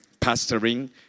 pastoring